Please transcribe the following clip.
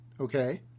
Okay